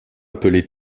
appelées